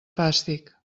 fàstic